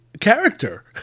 character